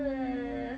mm